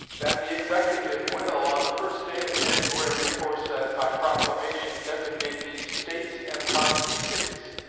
that the executive will, on the first day of january aforesaid, by proclamation, designate the states and parts of states,